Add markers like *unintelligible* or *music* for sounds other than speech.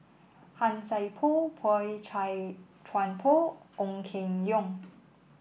Han Sai Por Boey *unintelligible* Chuan Poh Ong Keng Yong